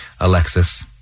Alexis